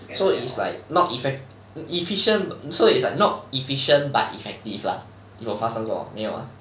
so it's like not effect~ efficient so it's like not efficient but effective lah 有发生过没有 ah